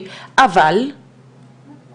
אבל יש מחסור מאוד גדול,